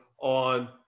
on